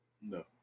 No